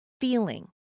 feeling